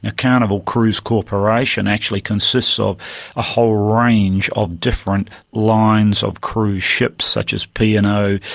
ah carnival cruise corporation actually consists of a whole range of different lines of cruise ships, such as p and o,